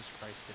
Christ